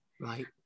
Right